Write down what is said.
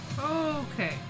Okay